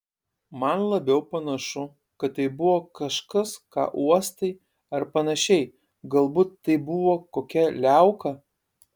man labiau panašu kad tai buvo kažkas ką uostai ar panašiai galbūt tai buvo kokia liauka